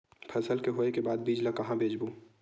फसल के होय के बाद बीज ला कहां बेचबो?